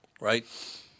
right